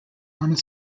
honor